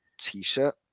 t-shirt